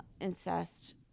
incest